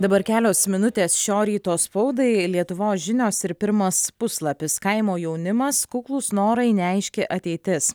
dabar kelios minutės šio ryto spaudai lietuvos žinios ir pirmas puslapis kaimo jaunimas kuklūs norai neaiški ateitis